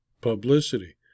publicity